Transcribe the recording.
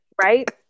right